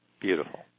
Beautiful